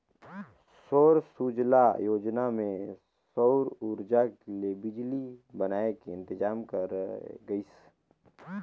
सौर सूजला योजना मे सउर उरजा ले बिजली बनाए के इंतजाम करे गइस